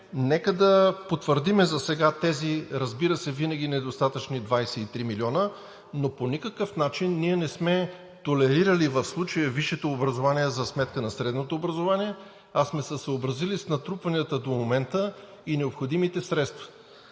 нека да потвърдим засега тези, разбира се, винаги недостатъчни 23 милиона, но по никакъв начин ние не сме толерирали в случая висшето образование за сметка на средното образование, а сме се съобразили с натрупванията до момента и необходимите средства.